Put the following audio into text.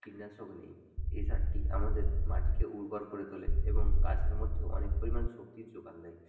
কীটনাশক নেই এই সারটি আমাদের মাটিকে উর্বর করে তোলে এবং গাছের মধ্যে অনেক পরিমাণ শক্তির যোগান দেয়